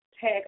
tag